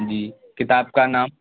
جی کتاب کا نام